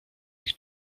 ich